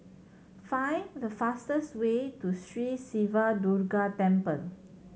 find the fastest way to Sri Siva Durga Temple